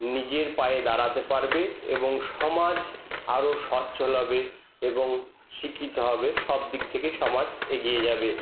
নিজের পায়ে দাঁড়াতে পারবে এবং সমাজ আরো সচ্ছল হবে এবং শিক্ষিত হবে সব দিক থেকে সমাজ এগিয়ে যাবে